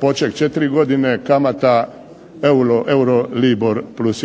poček 4 godine, kamata EURO libor plus